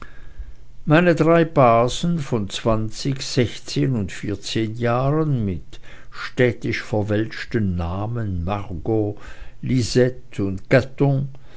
meine drei basen von zwanzig sechszehn und vierzehn jahren mit städtisch verwelschten namen margot lisette und